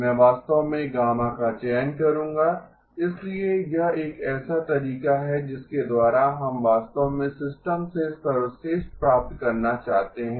मैं वास्तव में गामा का चयन करूंगा इसलिए यह एक ऐसा तरीका है जिसके द्वारा हम वास्तव में सिस्टम से सर्वश्रेष्ठ प्राप्त करना चाहते हैं